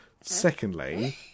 Secondly